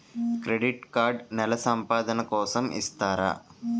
Credit card నెల సంపాదన కోసం ఇస్తారా?